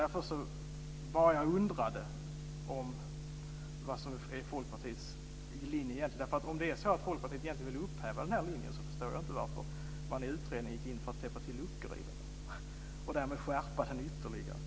Därför undrade jag vad som är Folkpartiets linje. Om Folkpartiet egentligen vill upphäva den linjen förstår jag inte varför man i utredningen gick in för att täppa till luckor i lagen och därmed skärpa den ytterligare.